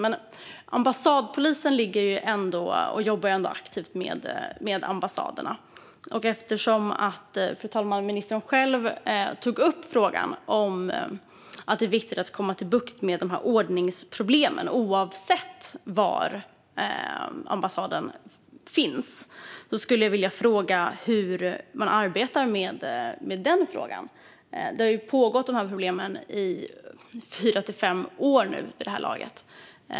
Men ambassadpolisen jobbar ändå aktivt med ambassaderna, och eftersom ministern själv tog upp att det är viktigt att få bukt med ordningsproblemen oavsett var ambassaden finns skulle jag vilja fråga hur man arbetar med den här frågan. De här problemen har ju pågått i fyra fem år vid det här laget.